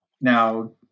Now